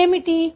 అది ఏమిటి